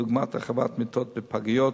דוגמת הרחבת מיטות בפגיות,